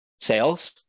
sales